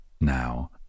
now